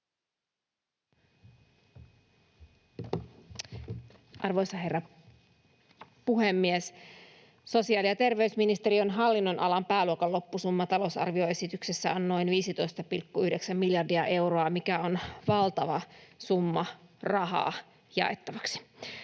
Arvoisa herra puhemies! Sosiaali- ja terveysministeriön hallinnonalan pääluokan loppusumma talousarvioesityksessä on noin 15,9 miljardia euroa, mikä on valtava summa rahaa jaettavaksi.